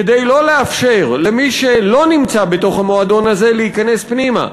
כדי לא לאפשר למי שלא נמצא בתוך המועדון הזה להיכנס פנימה.